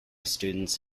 students